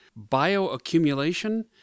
bioaccumulation